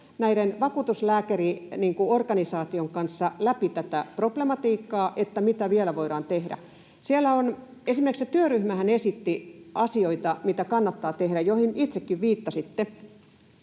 käytte vakuutuslääkäriorganisaation kanssa läpi tätä problematiikkaa ja sitä, mitä vielä voidaan tehdä. Esimerkiksi se työryhmähän esitti asioita, mitä kannattaa